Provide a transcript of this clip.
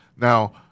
Now